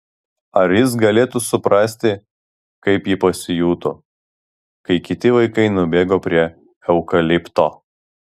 ar jis galėtų suprasti kaip ji pasijuto kai kiti vaikai nubėgo prie eukalipto